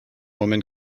women